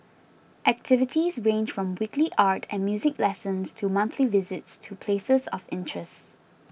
activities range from weekly art and music lessons to monthly visits to places of interests